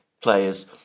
players